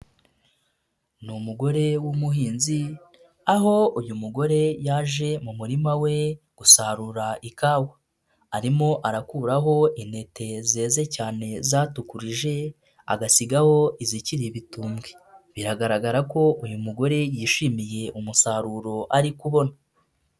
Ni umugore w'umuhinzi, aho uyu mugore yaje mu murima we gusarura ikawa, arimo arakuraho intete zeze cyane zatukurije, agasigaho izikiri ibitumbwe, bigaragara ko uyu mugore yishimiye umusaruro ari kubona.